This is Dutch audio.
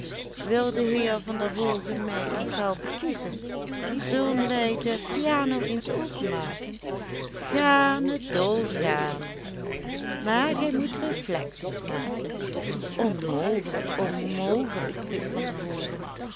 de heer van der hoogen mij eens helpen kiezen zullen wij de piano eens openmaken gaarne dolgaarne maar gij moet reflecties maken onmogelijk onmogelijk riep van der hoogen